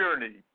journey